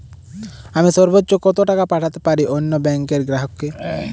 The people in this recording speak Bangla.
আমি সর্বোচ্চ কতো টাকা পাঠাতে পারি অন্য ব্যাংক র গ্রাহক কে?